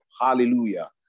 Hallelujah